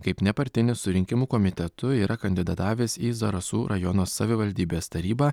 kaip nepartinis su rinkimų komitetu yra kandidatavęs į zarasų rajono savivaldybės tarybą